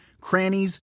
crannies